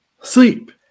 sleep